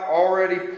already